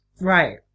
Right